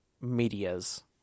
medias